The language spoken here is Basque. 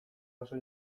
oso